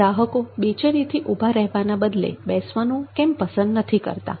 ગ્રાહકો બેચેનીથી ઊભા રહેવાના બદલે બેસવાનું કેમ પસંદ કરતા નથી